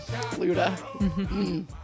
Luda